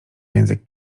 język